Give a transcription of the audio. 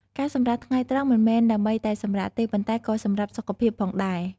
ការសម្រាកថ្ងៃត្រង់មិនមែនដើម្បីតែសម្រាកទេ ប៉ុន្តែក៏សម្រាប់សុខភាពផងដែរ។